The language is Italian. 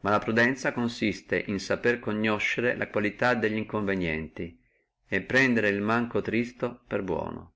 ma la prudenzia consiste in sapere conoscere le qualità delli inconvenienti e pigliare il men tristo per buono